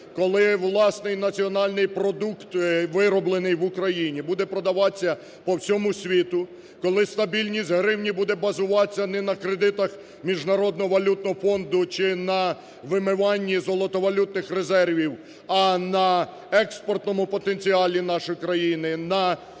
коли власний національний продукт вироблений в Україні буде продаватися по всьому світу. Коли стабільність гривні буде базуватись не на кредитах Міжнародного валютного фонду чи на вимиванні золотовалютних резервів, а на експортному потенціалі нашої країни,